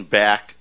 back